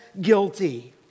guilty